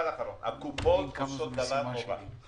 הקופות עושות דבר נורא.